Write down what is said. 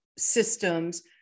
systems